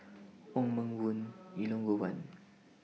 Wong Meng Voon Elangovan